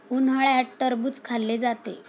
उन्हाळ्यात टरबूज खाल्ले जाते